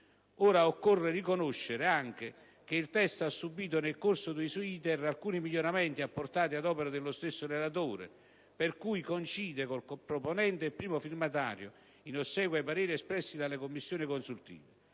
Ora, occorre riconoscere anche che il testo ha subìto nel corso del suoi *iter* alcuni miglioramenti apportati ad opera dello stesso relatore, che poi coincide col proponente e primo firmatario, in ossequio ai pareri espressi dalle Commissioni consultive.